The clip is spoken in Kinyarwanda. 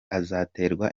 azaterwa